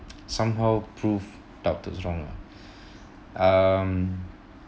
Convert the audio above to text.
somehow prove doubters wrong lah um